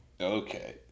Okay